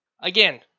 Again